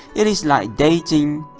it is like dating.